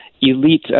elite